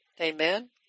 Amen